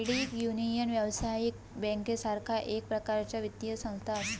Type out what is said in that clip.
credit union, व्यावसायिक बँकेसारखा एक प्रकारचा वित्तीय संस्था असा